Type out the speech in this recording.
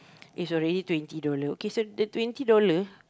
is already twenty dollar okay so the twenty dollar